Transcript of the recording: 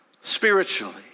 spiritually